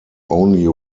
only